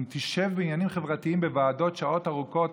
אם תשב בעניינים חברתיים בוועדות שעות ארוכות,